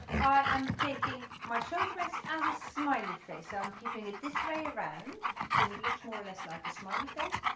i am taking my shoulder rest as a smiley face so i'm keeping it this way around so it looks more or less like a smiley face.